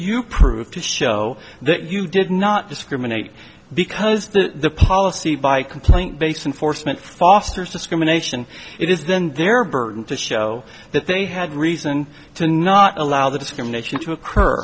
you prove to show that you did not discriminate because the policy by complaint basis and force meant fosters discrimination it is then their burden to show that they had reason to not allow the discrimination to occur